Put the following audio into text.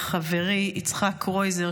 לחברי יצחק קרויזר,